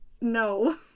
no